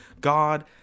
God